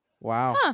Wow